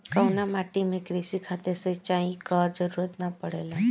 कउना माटी में क़ृषि खातिर सिंचाई क जरूरत ना पड़ेला?